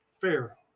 fair